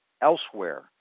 elsewhere